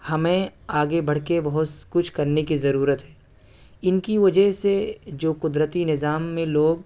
ہمیں آگے بڑھ کے بہت کچھ کرنے کی ضرورت ہے ان کی وجہ سے جو قدرتی نظام میں لوگ